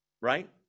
right